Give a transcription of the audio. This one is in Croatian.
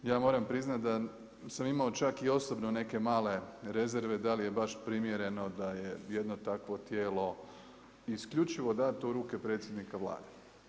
Ja moram priznati da sam imao čak i osobno neke male rezerve da li je baš primjereno da je jedno takvo tijelo isključivo dato u ruke predsjednika Vlade.